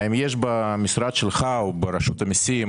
האם יש במשרד שלך או ברשות המיסים